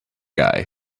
guy